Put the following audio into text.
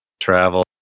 travel